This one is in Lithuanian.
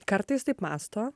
kartais taip mąsto